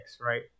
right